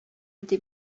иде